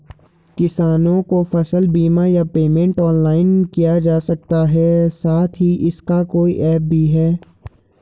किसानों को फसल बीमा या पेमेंट ऑनलाइन किया जा सकता है साथ ही इसका कोई ऐप भी है?